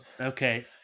okay